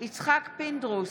יצחק פינדרוס,